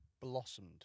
Blossomed